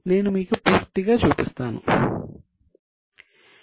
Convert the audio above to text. నేను మీకు పూర్తిగా చూపిస్తాను